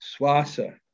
Swasa